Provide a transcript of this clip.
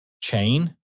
chain